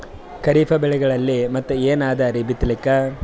ಖರೀಫ್ ಬೆಳೆಗಳಲ್ಲಿ ಮತ್ ಏನ್ ಅದರೀ ಬಿತ್ತಲಿಕ್?